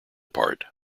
part